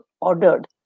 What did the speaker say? ordered